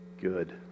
Good